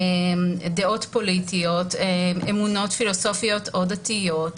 דעות פוליטיות, אמונות פילוסופיות או דתיות,